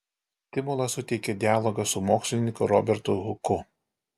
stimulą suteikė dialogas su mokslininku robertu huku